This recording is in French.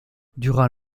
durant